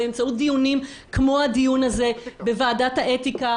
באמצעות דיונים כמו הדיון הזה בוועדת האתיקה,